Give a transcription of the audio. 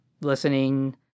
listening